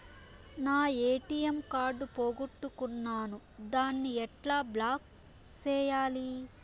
నా ATM card పోగొట్టుకున్నాను, దాన్ని ఎట్లా బ్లాక్ సేయాలి?